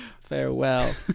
Farewell